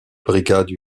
brigade